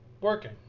working